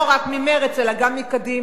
לא רק ממרצ, אלא גם מקדימה.